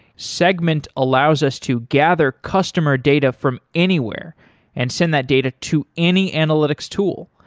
segment allows us to gather customer data from anywhere and send that data to any analytics tool.